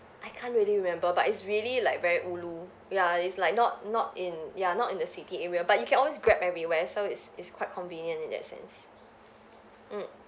I can't really remember but it's really like very ulu ya it's like not not in ya not in the city area but you can always Grab everywhere so it's it's quite convenient in that sense mm